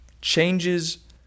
Changes